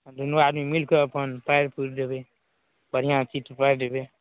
हँ दुनू आदमी मिलि कऽ अपन पारि पुरि देबै बढ़िआँ चित्र पारि देबै